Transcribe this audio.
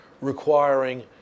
requiring